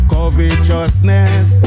Covetousness